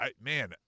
Man